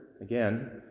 again